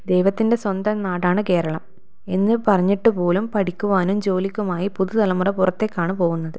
ദൈവത്തിൻ്റെ സ്വന്തം നാടാണ് കേരളം എന്ന് പറഞ്ഞിട്ടു പോലും പഠിക്കുവാനും ജോലിക്കുമായി പുതുതലമുറ പുറത്തേക്കാണ് പോകുന്നത്